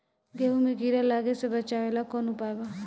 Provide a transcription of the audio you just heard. गेहूँ मे कीड़ा लागे से बचावेला कौन उपाय बा?